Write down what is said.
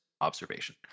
observation